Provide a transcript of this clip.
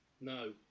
No